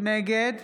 נגד